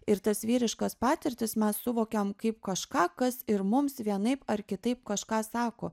ir tas vyriškas patirtis mes suvokiam kaip kažką kas ir mums vienaip ar kitaip kažką sako